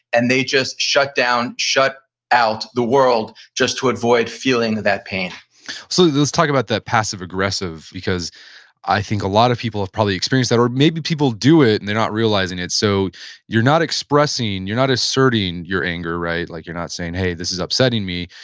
and they just shut down, shut out the world, just to avoid feeling that pain so let's talk about that passive aggressive because i think a lot of people have probably experienced that or maybe people do it and they're not realizing it, so you're not expressing, you're not asserting your anger, right? like you're not saying, hey, this is upsetting me.